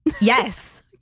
Yes